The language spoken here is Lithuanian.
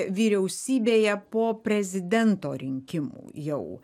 vyriausybėje po prezidento rinkimų jau